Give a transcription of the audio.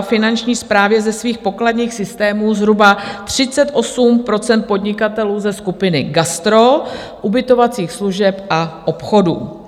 Finanční správě ze svých pokladních systémů zhruba 38 % podnikatelů ze skupiny gastro, ubytovacích služeb a obchodů.